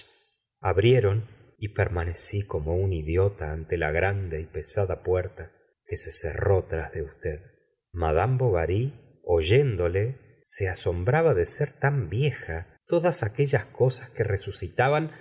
abrieron y permanecí como un idi ta ante la grande y pesada puerta que se cerró tras de usted madame bovary oyéndole se asombraba de ser tan vieja todas aquellas cosas que resucitaban